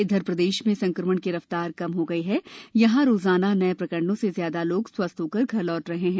इधर प्रदेश में संक्रमण की रफ्तार कम हो गई है यहां रोजाना नए प्रकरणों से ज्यादा लोग स्वस्थ होकर घर लौट रहे हैं